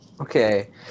Okay